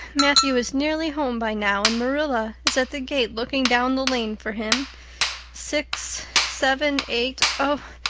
matthew is nearly home by now and marilla is at the gate, looking down the lane for him six seven eight oh,